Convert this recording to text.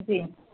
جی